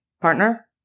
partner